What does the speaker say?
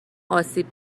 آسیب